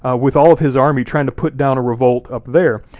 ah with all of his army, trying to put down a revolt up there,